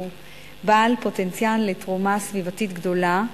הוא בעל פוטנציאל לתרומה סביבתית גדולה,